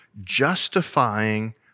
justifying